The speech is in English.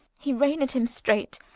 he rein'd him straight,